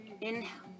inhale